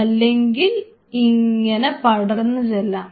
അല്ലെങ്കിൽ അത് ഇങ്ങനെ പടർന്നു ചെല്ലാം